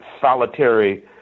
solitary